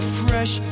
fresh